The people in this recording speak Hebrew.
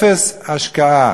אפס השקעה.